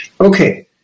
Okay